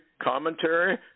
commentary